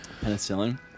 Penicillin